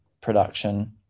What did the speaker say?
production